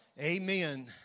Amen